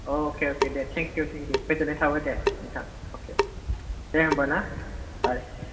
अके अके दे thank you thank you गोजोननाय थाबाय दे नोंथां अके दे होनबा ना बाय